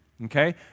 okay